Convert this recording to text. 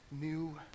new